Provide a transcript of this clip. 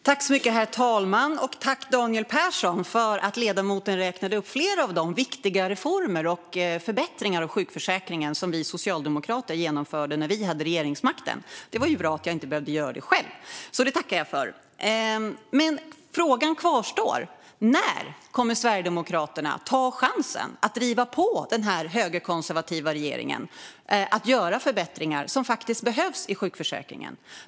Herr talman! Jag tackar ledamoten Daniel Persson för att han räknade upp flera av de viktiga reformer och förbättringar av sjukförsäkringen som vi socialdemokrater genomförde när vi hade regeringsmakten. Det var bra att jag inte behövde göra det själv. Det tackar jag för. Men frågan kvarstår: När kommer Sverigedemokraterna att ta chansen att driva på den högerkonservativa regeringen så att man gör förbättringar, som faktiskt behövs, i sjukförsäkringen?